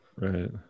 right